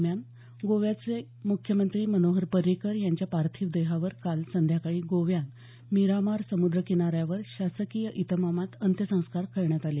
दरम्यान गोव्याचे मुख्यमंत्री मनोहर पर्रिकर यांच्या पार्थिव देहावर काल सायंकाळी गोव्यात मिरामार समुद्र किनाऱ्यावर शासकीय इतमामात अंत्यसंस्कार करण्यात आले